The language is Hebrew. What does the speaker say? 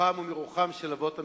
מכוחם ומרוחם של האבות המייסדים.